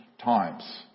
times